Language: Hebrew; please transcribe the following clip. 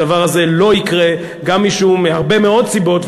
הדבר הזה לא יקרה מהרבה מאוד סיבות,